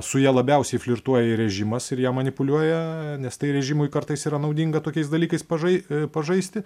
su ja labiausiai flirtuoja ir režimas ir ja manipuliuoja nes tai režimui kartais yra naudinga tokiais dalykais pažai pažaisti